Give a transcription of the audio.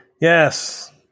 yes